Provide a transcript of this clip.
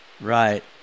Right